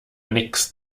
nix